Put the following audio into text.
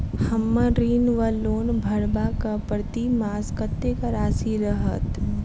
हम्मर ऋण वा लोन भरबाक प्रतिमास कत्तेक राशि रहत?